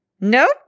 Nope